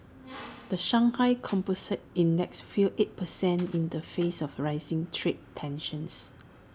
the Shanghai composite index fell eight percent in the face of rising trade tensions